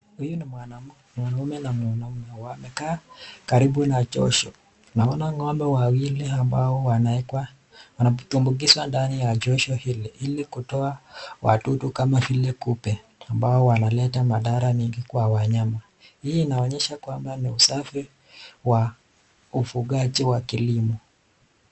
Huyu ni mwanaume na mwanamke wamekaa karibu na josho. Tunaona ng'ombe wawili ambao wanawekwa wanapotumbukizwa ndani ya josho hili ili kutoa wadudu kama vile kupe ambao wanaleta madhara mingi kwa wanyama. Hii inaonyesha kwamba ni usafi wa ufugaji wa kilimo.